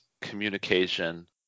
communication